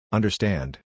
Understand